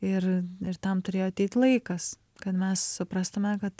ir ir tam turėjo ateit laikas kad mes suprastume kad